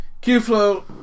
Q-Flow